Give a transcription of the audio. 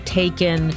taken